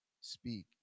speak